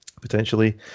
potentially